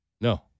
No